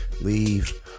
Leave